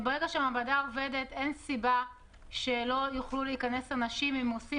ברגע שהמעבדה תעבוד אין סיבה שלא יוכלו להיכנס אנשים אם עושים